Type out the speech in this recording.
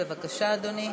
בבקשה, אדוני.